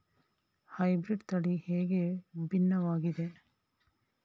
Hybrid ತಳಿ ಹೇಗೆ ಭಿನ್ನವಾಗಿದೆ?